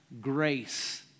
grace